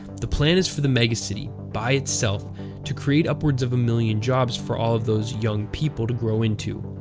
the plan is for the megacity by itself to create upwards of a million jobs for all of those young people to grow into.